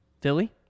Philly